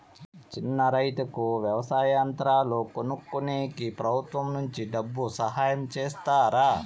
చిన్న రైతుకు వ్యవసాయ యంత్రాలు కొనుక్కునేకి ప్రభుత్వం నుంచి డబ్బు సహాయం చేస్తారా?